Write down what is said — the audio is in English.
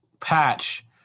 patch